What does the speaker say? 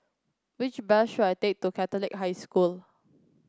which bus should I take to Catholic High School